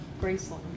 Graceland